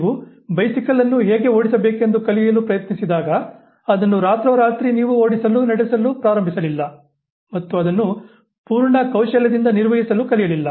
ನೀವು ಬೈಸಿಕಲ್ ಅನ್ನು ಹೇಗೆ ಓಡಿಸಬೇಕೆಂದು ಕಲಿಯಲು ಪ್ರಯತ್ನಿಸಿದಾಗ ಅದನ್ನು ರಾತ್ರೋರಾತ್ರಿ ನೀವು ಓಡಿಸಲು ನಡೆಸಲು ಪ್ರಾರಂಭಿಸಲಿಲ್ಲ ಮತ್ತು ಅದನ್ನು ಪೂರ್ಣ ಕೌಶಲ್ಯದಿಂದ ನಿರ್ವಹಿಸಲು ಕಲಿಯಲಿಲ್ಲ